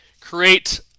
create